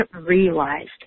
realized